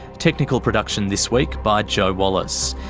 technical production this week by joe wallace,